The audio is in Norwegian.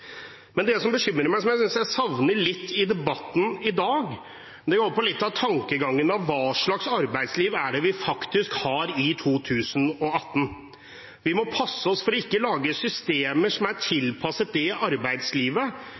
Det som bekymrer meg, og som jeg savner litt i debatten i dag, går på tankegangen om hva slags arbeidsliv vi har i 2018. Vi må passe oss for ikke å lage systemer som er tilpasset det arbeidslivet